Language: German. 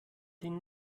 den